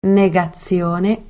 negazione